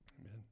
Amen